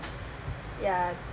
ya